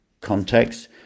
context